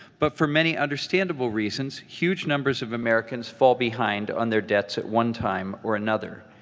but for many understandable reasons, huge numbers of americans fall behind on their debts at one time or another.